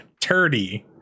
turdy